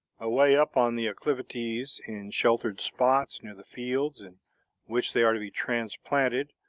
away up on the acclivities, in sheltered spots near the fields in which they are to be transplanted,